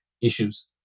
issues